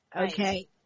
Okay